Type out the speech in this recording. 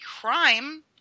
crime